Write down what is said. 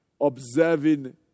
observing